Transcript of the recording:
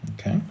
Okay